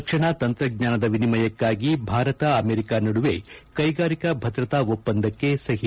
ರಕ್ಷಣಾ ತಂತ್ರಜ್ಞಾನದ ವಿನಿಮಯಕ್ಷಾಗಿ ಭಾರತ ಅಮೆರಿಕ ನಡುವೆ ಕೈಗಾರಿಕಾ ಭದ್ರತಾ ಒಪ್ಪಂದಕ್ಕೆ ಸಹಿ